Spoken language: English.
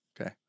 Okay